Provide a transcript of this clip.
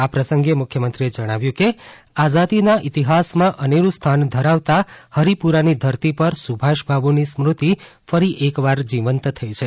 આ પ્રસંગે મુખ્યમંત્રીએ જણાવ્યું કે આઝાદીના ઈતિહાસમાં અનેરૂ સ્થાન ધરાવતાં હરિપુરાની ધરતી પર સુભાષબાબુની સ્મૃત્તિ ફરી એકવાર જીવંત થઈ છે